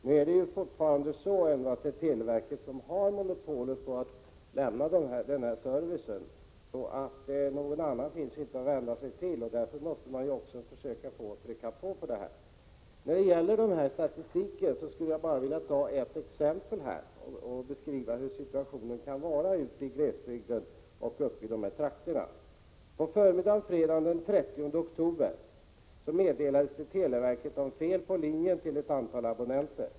Herr talman! Televerket har fortfarande ändå monopol på att lämna denna service. Någon annan finns det inte att vända sig till. Därför måste man också trycka på i denna fråga. När det gäller statistiken skulle jag bara vilja ta ett exempel för att belysa hur situationen kan vara i glesbygden och speciellt i de här trakterna. På förmiddagen den 30 oktober meddelades televerket om fel på linjen till ett antal abonnenter.